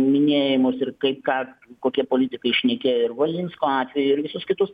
minėjimus ir kaip ką kokie politikai šnekėjo ir valinsko atvejį ir visus kitus